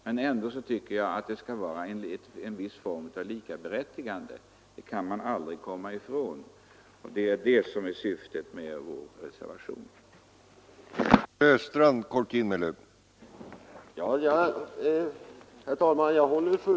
Men ändå tycker jag att det skall vara en viss form av likaberättigande. Det kan man aldrig komma ifrån och det är detta som är syftet med vår reservation nr 1.